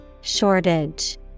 Shortage